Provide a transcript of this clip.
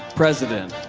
president.